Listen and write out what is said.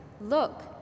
Look